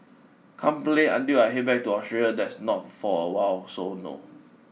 can't play until I head back to Australia that's not for awhile so no